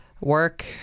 work